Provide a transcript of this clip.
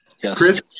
Chris